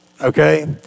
okay